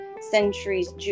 centuries